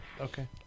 Okay